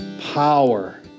power